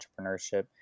entrepreneurship